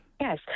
Yes